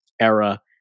era